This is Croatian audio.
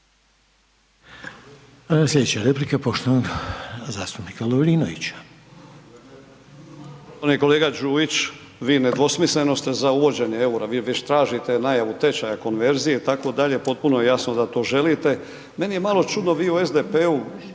Slijedeća replika poštovanog zastupnika Ćuraja.